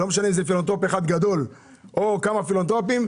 לא משנה אם זה פילנטרופ אחד גדול או כמה פילנטרופים.